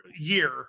year